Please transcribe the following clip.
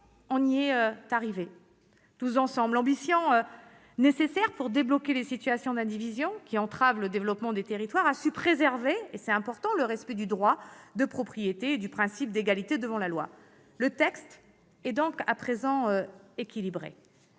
sommes arrivés, tous ensemble. L'ambition nécessaire pour débloquer les situations d'indivision qui entravent le développement des territoires a su préserver- c'est essentiel -le respect du droit de propriété et du principe d'égalité devant la loi. Le texte est donc, à présent, équilibré.